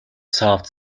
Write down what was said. soft